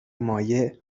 مایع